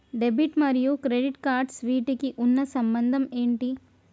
Debit మరియు credit cards వీటికి ఉన్న సంబంధం ఏంటి?